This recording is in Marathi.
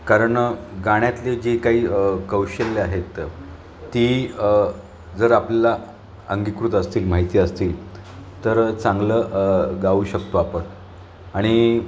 कारण गाण्यातले जे काही कौशल्य आहेत ती जर आपल्याला अंगीकृत असतील माहिती असतील तर चांगलं गाऊ शकतो आपण आणि